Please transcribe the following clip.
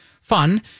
fun